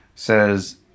says